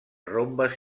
rombes